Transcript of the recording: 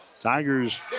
Tigers